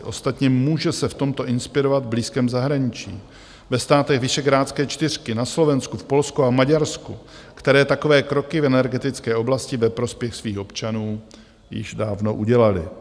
Ostatně může se v tomto inspirovat v blízkém zahraničí, ve státech Visegrádské čtyřky, na Slovensku, v Polsku a v Maďarsku, které takové kroky v energetické oblasti ve prospěch svých občanů již dávno udělaly.